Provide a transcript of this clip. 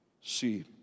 see